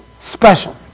Special